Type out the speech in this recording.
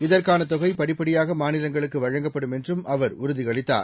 இதற்கான தொகை படிப்படியாக மாநிலங்களுக்கு வழங்கப்படும் என்றும் அவர் உறுதியளித்தார்